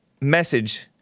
message